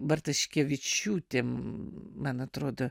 bartuškevičiūtė man atrodo